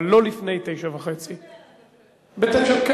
אבל לא לפני 21:30. כן,